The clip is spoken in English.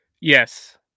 Yes